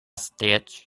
stitch